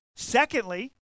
Secondly